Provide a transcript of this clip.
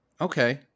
Okay